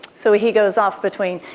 so he goes off between,